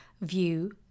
view